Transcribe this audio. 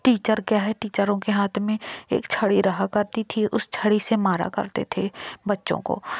teacher क्या है टीचरों के हाथ में एक छड़ी रहा करती थी उस छड़ी से मारा करते थे बच्चों को